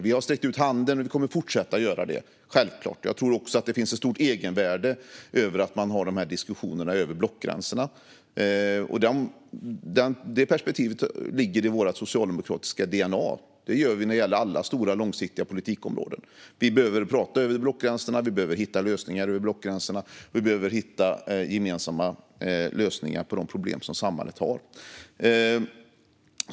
Vi har sträckt ut handen och kommer självklart att fortsätta göra det. Jag tror också att det finns ett stort egenvärde i att man har de här diskussionerna över blockgränserna. Det perspektivet ligger i vårt socialdemokratiska dna. Så gör vi när det gäller alla stora, långsiktiga politikområden. Vi behöver prata över blockgränserna, hitta lösningar över blockgränserna och hitta gemensamma lösningar på de problem som samhället har.